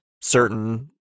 certain